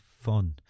fun